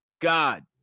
God